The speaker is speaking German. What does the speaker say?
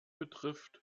betrifft